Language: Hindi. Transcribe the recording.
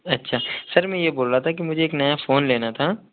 अच्छा सर मैं ये बोल रहा था कि मुझे एक नया फ़ोन लेना था